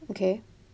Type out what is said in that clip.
okay